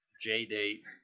J-Date